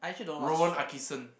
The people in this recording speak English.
Rowan-Atkinson